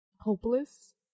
hopeless